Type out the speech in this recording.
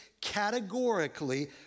categorically